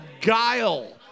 Guile